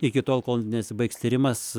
iki tol kol nesibaigs tyrimas